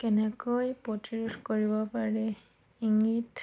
কেনেকৈ প্ৰতিৰোধ কৰিব পাৰি ইংগিত